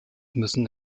müssen